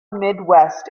midwest